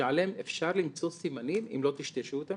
שעליהם אפשר למצוא סימנים אם לא טשטשו אותם,